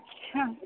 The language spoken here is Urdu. ہاں